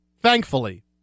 thankfully